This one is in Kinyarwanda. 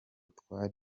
twari